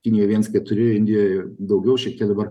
kinijoj viens keturi indijoj daugiau šiek tiek dabar